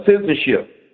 citizenship